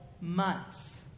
months